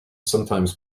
sometimes